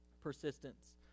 Persistence